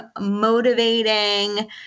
motivating